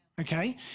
okay